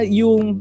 yung